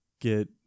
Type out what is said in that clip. get